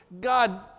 God